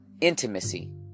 intimacy